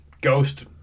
Ghost